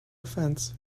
offense